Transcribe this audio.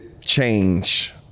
change